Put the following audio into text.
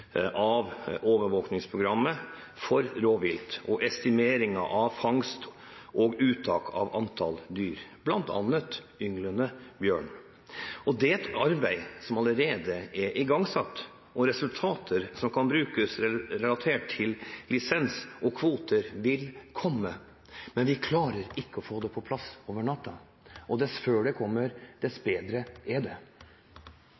av overvåkningsprogrammet for rovvilt og estimering av fangst og uttak av antall dyr, bl.a. ynglende bjørn. Det er et arbeid som allerede er igangsatt, og resultater som kan brukes relatert til lisens og kvoter, vil komme, men vi klarer ikke å få det på plass over natten. Dess før det kommer,